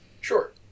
Sure